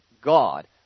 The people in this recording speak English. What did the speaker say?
God